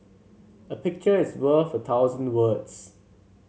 a picture is worth a thousand words